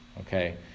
okay